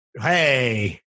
Hey